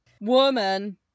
woman